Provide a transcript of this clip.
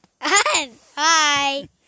Hi